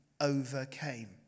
overcame